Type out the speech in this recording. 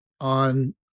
on